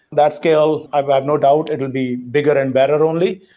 that scale, i but have no doubt it will be bigger and better only,